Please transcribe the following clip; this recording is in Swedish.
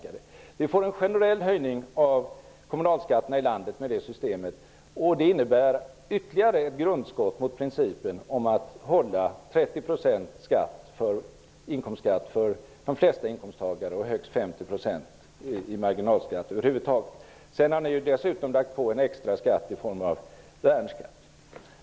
Med det systemet får vi en generell höjning av kommunalskatterna i landet, vilket innebär ytterligare ett grundskott mot principen att hålla 30 % inkomstskatt för de flesta inkomsttagare och högst 50 % i marginalskatt över huvud taget. Sedan har ni dessutom lagt på en extra skatt i form av värnskatt.